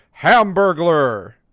Hamburglar